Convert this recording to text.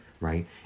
right